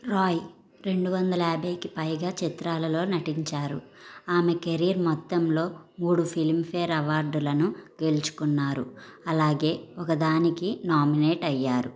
రాయ్ రెండు వందల యాభైకి పైగా చిత్రాలలో నటించారు ఆమె కెరీర్ మొత్తంలో మూడు ఫిలిమ్ఫేర్ అవార్డులను గెలుచుకున్నారు అలాగే ఒకదానికి నామినేట్ అయ్యారు